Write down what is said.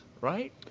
right